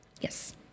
yes